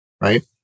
right